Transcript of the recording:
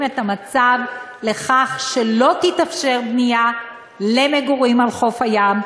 את המצב לכך שלא תתאפשר בנייה למגורים על חוף הים,